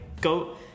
go